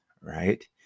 right